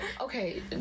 okay